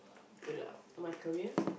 build up my career